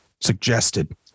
suggested